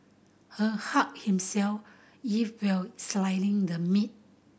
her hurt himself if while slicing the meat